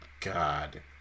God